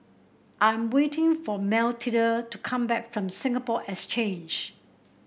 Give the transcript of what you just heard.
I'm waiting for Mathilde to come back from Singapore Exchange